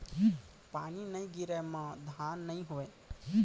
पानी नइ गिरय म धान नइ होवय